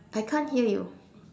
I can't hear you